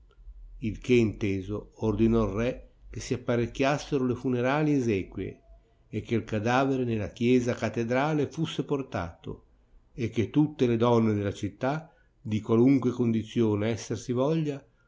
il che inteso ordinò il re che si apparecchiassero le funerali essequie e che il cadavere nella chiesa catedrale fusse portato e che tutte le donne della città di qualunque condizione esser si voglia